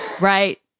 right